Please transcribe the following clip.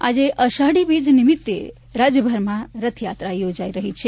રથયાત્રા આજે અષાઢી બીજ નિમિત્તે રાજ્યભરમાં રથયાત્રા યોજાઈ રહી છે